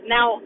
Now